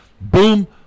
Boom